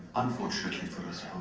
unfortunately for us